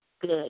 good